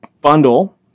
bundle